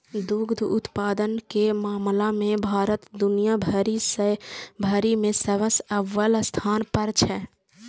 दुग्ध उत्पादन के मामला मे भारत दुनिया भरि मे सबसं अव्वल स्थान पर छै